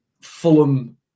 Fulham